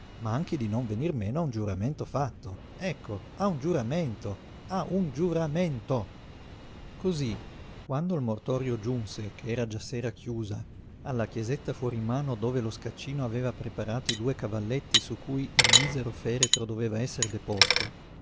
ma anche di non venir meno a un giuramento fatto ecco a un giuramento a un giuramento cosí quando il mortorio giunse ch'era già sera chiusa alla chiesetta fuorimano dove lo scaccino aveva preparato i due cavalletti su cui il misero feretro doveva esser deposto